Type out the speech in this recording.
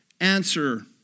answer